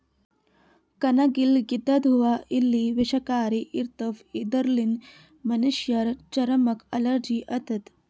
ಕಣಗಿಲ್ ಗಿಡದ್ ಹೂವಾ ಎಲಿ ವಿಷಕಾರಿ ಇರ್ತವ್ ಇದರ್ಲಿನ್ತ್ ಮನಶ್ಶರ್ ಚರಮಕ್ಕ್ ಅಲರ್ಜಿ ಆತದ್